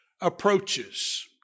approaches